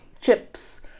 chips